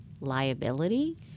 liability